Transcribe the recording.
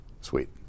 Sweet